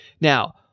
Now